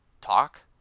talk